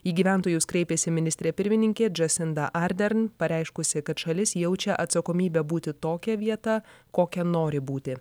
į gyventojus kreipėsi ministrė pirmininkė džasinda ardern pareiškusi kad šalis jaučia atsakomybę būti tokia vieta kokia nori būti